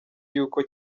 yuko